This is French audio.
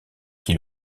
qui